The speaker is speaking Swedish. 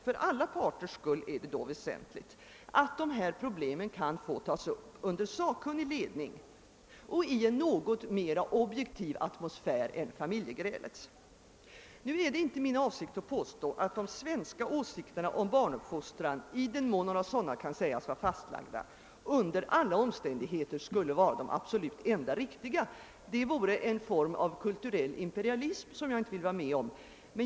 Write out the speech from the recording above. För alla parters skull är det väsentligt att sådana problem kan få tas upp under sakkunnig ledning och i en något mera objektiv atmosfär än familjegrälets. Det är inte min avsikt att påstå att de svenska åsikterna om barnuppfostran, i den mån några sådana kan sägas vara fastlagda, under alla omständigheter skulle vara de absolut enda riktiga. Det vore en form av kulturell imperialism, som jag inte vill vara med om.